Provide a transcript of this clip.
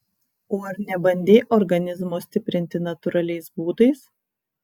o ar nebandei organizmo stiprinti natūraliais būdais